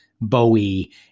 Bowie